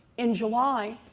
in july,